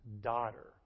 daughter